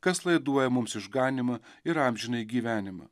kas laiduoja mums išganymą ir amžinąjį gyvenimą